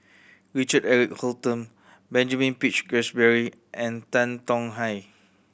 Richard Eric Holttum Benjamin Peach Keasberry and Tan Tong Hye